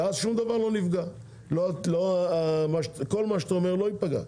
אז שום דבר לא ייפגע וכל מה שאתה מדבר עליו לא ייפגע.